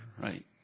right